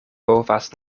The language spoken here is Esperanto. povas